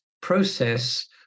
process